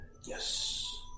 Yes